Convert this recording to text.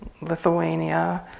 Lithuania